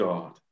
God